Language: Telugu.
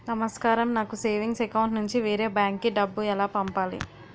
నమస్కారం నాకు సేవింగ్స్ అకౌంట్ నుంచి వేరే బ్యాంక్ కి డబ్బు ఎలా పంపాలి?